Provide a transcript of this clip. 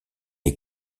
est